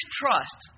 trust